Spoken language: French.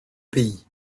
pays